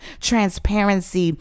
transparency